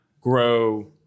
grow